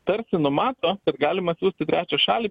tarsi numato kad galima siųst į trečią šalį